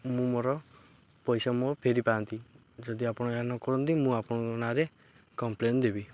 ମୁଁ ମୋର ପଇସା ମୋ ଫେରି ପାଆନ୍ତି ଯଦି ଆପଣ ଏହା ନ କରନ୍ତି ମୁଁ ଆପଣଙ୍କ ନାଁରେ କମ୍ପ୍ଲେନ୍ ଦେବି